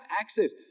access